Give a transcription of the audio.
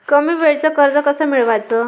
कमी वेळचं कर्ज कस मिळवाचं?